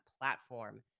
platform